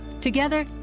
Together